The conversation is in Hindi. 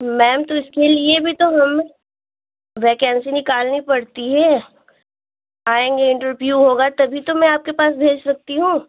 मैम तो इसके लिए भी तो हम वेकेंसी निकालनी पड़ती हे आएँगे इंटरव्यू होगा तभी तो मैं आपके पास भेज सकती हूँ